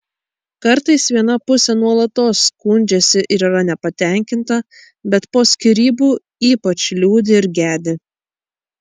kartais viena pusė nuolatos skundžiasi ir yra nepatenkinta bet po skyrybų ypač liūdi ir gedi